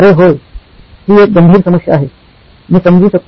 होय ही एक गंभीर समस्या आहे मी समजू शकतो